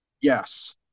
yes